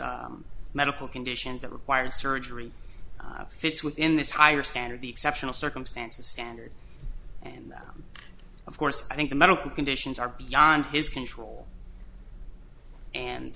medical conditions that require surgery fits within this higher standard the exceptional circumstances standard and that of course i think the medical conditions are beyond his control and